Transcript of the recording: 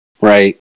right